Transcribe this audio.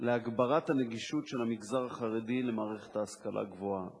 להגברת הנגישות של מערכת ההשכלה הגבוהה למגזר החרדי.